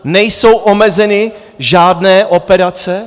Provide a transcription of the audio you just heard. Nejsou omezeny žádné operace?